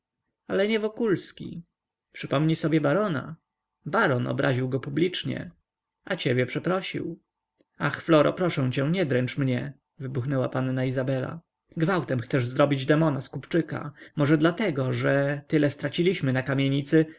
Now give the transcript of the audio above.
ale nie wokulski przypomnij sobie barona baron obraził go publicznie a ciebie przeprosił ach floro proszę cię nie dręcz mnie wybuchnęła panna izabela gwałtem chcesz zrobić demona z kupczyka może dlatego że tyle straciliśmy na kamienicy